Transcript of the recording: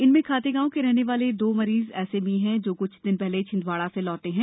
इनमें खातेगांव के रहने वाले दो मरीज ऐसे भी हैं जो क्छ दिन पहले छिंदवाड़ा से लौटे हैं